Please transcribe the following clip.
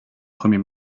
premier